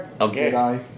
Okay